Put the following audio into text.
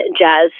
jazz